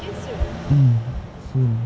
mm soon